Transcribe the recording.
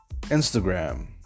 Instagram